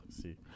see